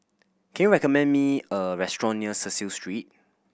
can you recommend me a restaurant near Cecil Street